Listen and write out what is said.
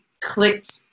clicked